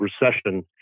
recession